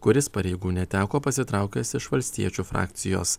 kuris pareigų neteko pasitraukęs iš valstiečių frakcijos